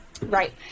Right